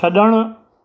छड॒णु